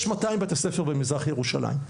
יש 200 בתי ספר במזרח ירושלים,